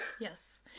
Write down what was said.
Yes